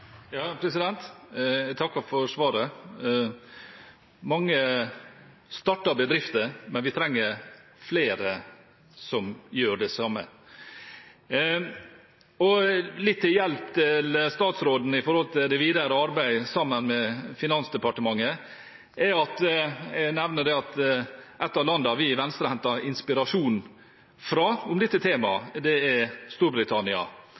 Jeg takker for svaret. Mange starter bedrifter, men vi trenger flere som gjør det. Som litt hjelp for statsråden i det videre arbeid sammen med Finansdepartementet vil jeg nevne at et av landene vi i Venstre henter inspirasjon fra om dette temaet, er Storbritannia.